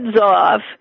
off